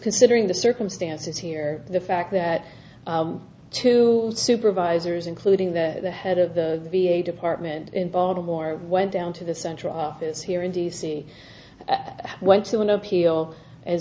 considering the circumstances here the fact that two supervisors including the head of the v a department in baltimore went down to the central office here in d c went to an appeal a